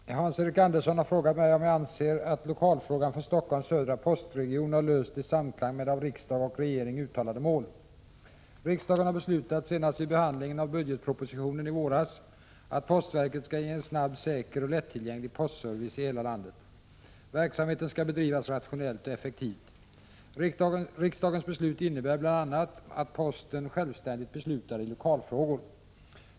Herr talman! Hans-Eric Andersson har frågat mig om jag anser att lokalfrågan för Stockholms södra postregion har lösts i samklang med av riksdag och regering uttalade mål. Riksdagen har beslutat — senast vid behandlingen av budgetpropositionen i våras — att postverket skall ge en snabb, säker och lättillgänglig postservice i hela landet. Verksamheten skall bedrivas rationellt och effektivt. Riksdagens beslut innebär bl.a. att posten självständigt beslutar i lokalfrågor.